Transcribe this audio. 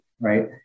right